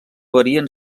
varien